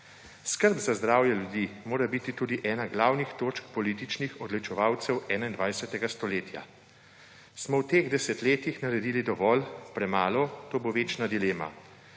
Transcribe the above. Skrb za zdravje ljudi mora biti tudi ena glavnih točk političnih odločevalcev 21. stoletja. Smo v teh desetletjih naredili dovolj, premalo? To bo večna dilema.